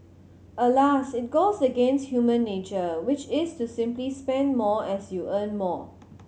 alas it goes against human nature which is to simply spend more as you earn more